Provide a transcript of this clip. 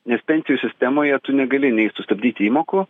nes pensijų sistemoje tu negali nei sustabdyti įmokų